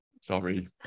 Sorry